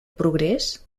progrés